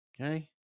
okay